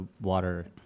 water